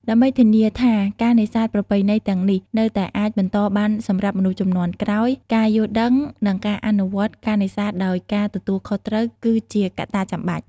ដើម្បីធានាថាការនេសាទប្រពៃណីទាំងនេះនៅតែអាចបន្តបានសម្រាប់មនុស្សជំនាន់ក្រោយ ការយល់ដឹង និងការអនុវត្តការនេសាទដោយការទទួលខុសត្រូវ គឺជាកត្តាចាំបាច់។